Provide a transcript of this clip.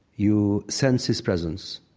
you sense his presence.